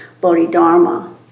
Bodhidharma